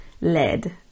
lead